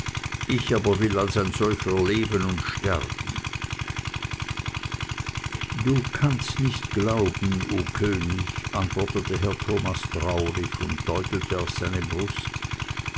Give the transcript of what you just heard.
ich aber will als ein solcher leben und sterben du kannst nicht glauben o könig antwortete herr thomas traurig und deutete auf seine brust